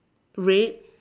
red